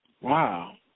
Wow